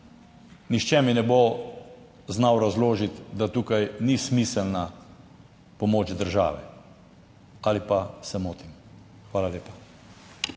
Nihče mi ne bo znal razložiti, da tukaj ni smiselna pomoč države ali pa se motim? Hvala lepa.